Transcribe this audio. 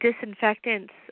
disinfectants